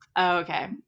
okay